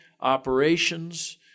operations